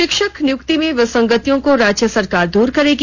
शिक्षक नियुक्ति ने विसंगतियों को राज्य सरकार दूर करेगी